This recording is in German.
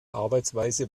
arbeitsweise